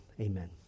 Amen